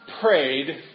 prayed